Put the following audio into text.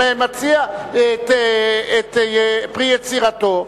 מציע את פרי יצירתו,